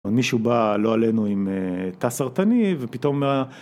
או מישהו בא לא עלינו עם תא סרטני ופתאום